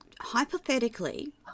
hypothetically